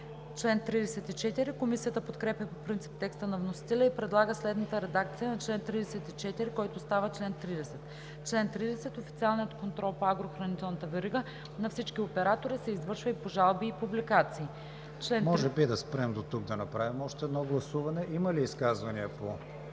2017/625.“ Комисията подкрепя по принцип текста на вносителя и предлага следната редакция на чл. 34, който става чл. 30: „Чл. 30. Официалният контрол по агрохранителната верига на всички оператори се извършва и по жалби и публикации.“ ПРЕДСЕДАТЕЛ КРИСТИАН ВИГЕНИН: Може би да спрем дотук, за да направим още едно гласуване. Има ли изказвания по